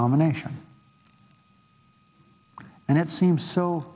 nomination and it seems so